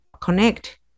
connect